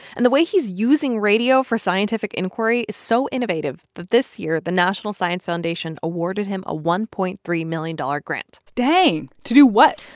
and the way he's using radio for scientific inquiry is so innovative that, this year, the national science foundation awarded him a one point three million dollars grant dang. to do what?